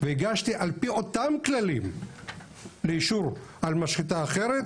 והגשתי על פי אותם כללים לאישור על משחטה אחרת,